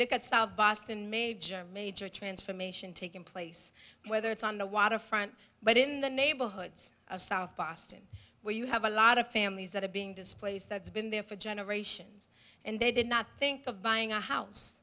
look at south boston major major transformation taking place whether it's on the waterfront but in the neighborhoods of south boston where you have a lot of families that are being displaced that's been there for generations and they did not think of buying a house